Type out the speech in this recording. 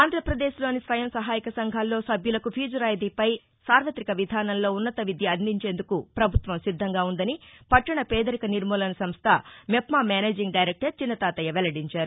ఆంధ్రప్రదేశ్ లోని స్వయం సహాయక సంఘాల్లో సభ్యులకు ఫీజు రాయితీపై సార్వతిక విధాసంలో ఉన్నత విద్య అందించేందుకు ప్రభుత్వం సిద్దంగా ఉందని పట్టణ పేదరిక నిర్మూలన సంస్థ మెప్మా మేనేజింగ్ దైరెక్టర్ చిన్నతాతయ్య వెల్లడించారు